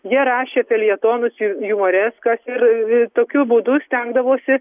jie rašė feljetonus ir jumoreskas ir tokiu būdu stengdavosi